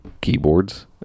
keyboards